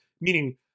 meaning